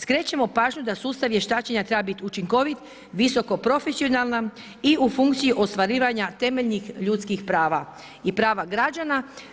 Skrećemo pažnju da sustav vještačenja treba biti učinkovit, visoko profesionalan i u funkciji ostvarivanja temeljnih ljudskih prava i prava građana.